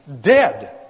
dead